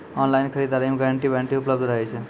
Online खरीद दरी मे गारंटी वारंटी उपलब्ध रहे छै?